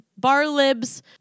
Barlib's